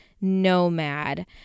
nomad